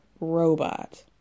Robot